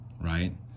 right